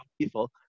people